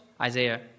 Isaiah